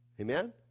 Amen